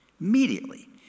immediately